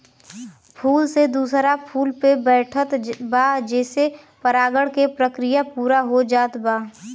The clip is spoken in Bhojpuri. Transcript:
फूल से दूसरा फूल पे बैठत बा जेसे परागण के प्रक्रिया पूरा हो जात बा